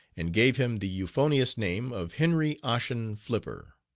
and gave him the euphonious name of henry ossian flipper.